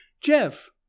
Jeff